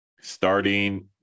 starting